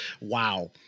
Wow